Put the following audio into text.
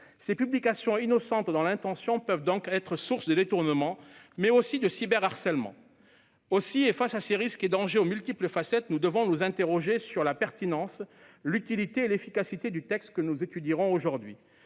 Ces publications, innocentes dans l'intention, peuvent donc être source de détournements, mais aussi de cyberharcèlement. Aussi, face à ces risques et à ces dangers aux multiples facettes, nous devons nous interroger sur la pertinence, sur l'utilité et sur l'efficacité du texte que nous étudions aujourd'hui.